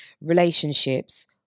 relationships